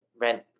rent